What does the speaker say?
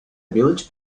village